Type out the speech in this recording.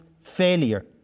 failure